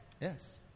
Yes